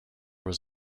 was